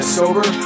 sober